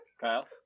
Kyle